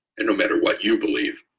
and no matter what you believe,